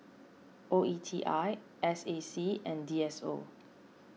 O E T I S A C and D S O